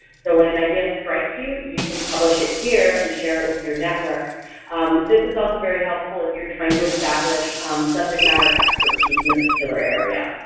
so when an idea strikes you, you can publish it here and share it with your network um this is also very helpful if you're trying to establish subject matter expertise in a particular area.